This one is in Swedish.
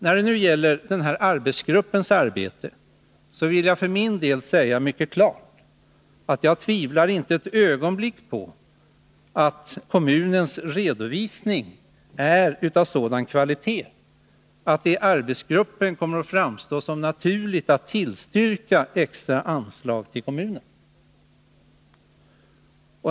När det gäller arbetsgruppen vill jag för min del säga mycket klart att jag inte ett ögonblick tvivlar'på att kommunens redovisning är av sådan kvalitet att det i arbetsgruppen kommer att framstå som naturligt att tillstyrka ett extra anslag till kommunen.